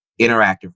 interactive